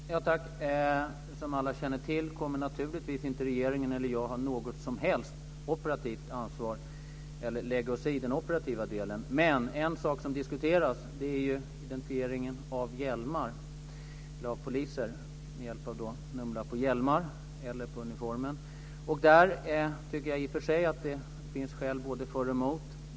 Fru talman! Som alla känner till kommer naturligtvis varken regeringen eller jag att ha något som helst operativt ansvar eller att lägga oss i den operativa sidan av detta. En sak som diskuteras är identifiering av poliser med hjälp av nummerlapp på hjälm eller uniform. Jag tycker att det finns skäl både för och emot detta.